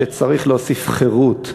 שצריך להוסיף חירות,